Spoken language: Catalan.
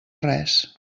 res